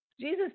Jesus